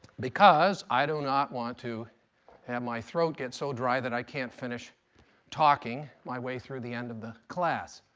because i do not want to have my throat get so dry that i can't finish talking my way through the end of the class.